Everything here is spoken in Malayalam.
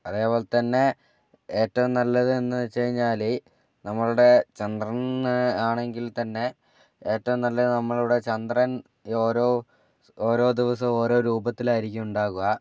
അതേപോലെത്തന്നെ ഏറ്റവും നല്ലതെന്നു വച്ചുകഴിഞ്ഞാൽ നമ്മളുടെ ചന്ദ്രൻ ആണെങ്കിൽ തന്നെ ഏറ്റവും നല്ലത് നമ്മളുടെ ചന്ദ്രൻ ഈ ഓരോ ഓരോ ദിവസവും ഓരോ രൂപത്തിലായിരിക്കും ഉണ്ടാവുക